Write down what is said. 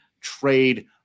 Trade